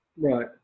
Right